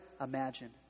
imagine